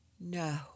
No